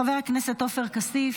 חבר הכנסת עופר כסיף,